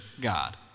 god